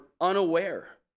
unaware